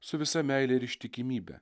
su visa meile ir ištikimybe